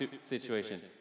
situation